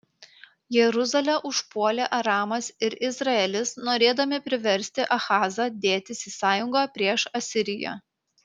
jeruzalę užpuolė aramas ir izraelis norėdami priversti ahazą dėtis į sąjungą prieš asiriją